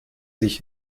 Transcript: sich